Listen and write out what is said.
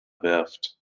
werft